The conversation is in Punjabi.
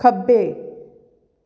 ਖੱਬੇ